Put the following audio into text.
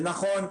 ונכון,